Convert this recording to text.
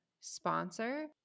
sponsor